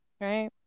right